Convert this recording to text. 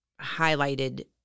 highlighted